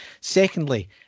Secondly